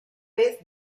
vez